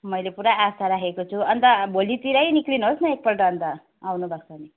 मैले पुरा आशा राखेको छु अन्त भोलितिरै निक्लिनुहोस् न एकपल्ट अन्त आउनु भएको भने